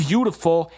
Beautiful